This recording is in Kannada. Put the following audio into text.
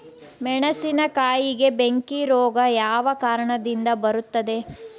ಮೆಣಸಿನಕಾಯಿಗೆ ಬೆಂಕಿ ರೋಗ ಯಾವ ಕಾರಣದಿಂದ ಬರುತ್ತದೆ?